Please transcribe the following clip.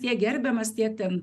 tiek gerbiamas tiek ten